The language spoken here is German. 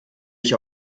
ich